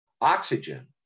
Oxygen